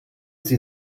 sie